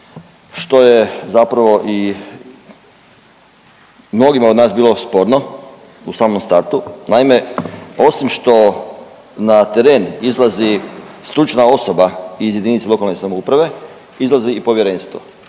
što je zapravo i mnogima od nas bilo sporno u samome startu. Naime, osim što na teren izlazi stručna osoba iz JLS, izlazi i povjerenstvo